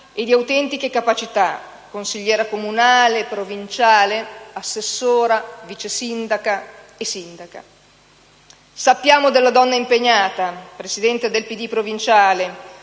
e di autentiche capacità: consigliera comunale, provinciale, assessora, vice sindaca e sindaca. Sappiamo della donna impegnata, presidente del PD provinciale,